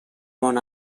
món